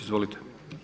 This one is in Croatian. Izvolite.